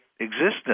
existence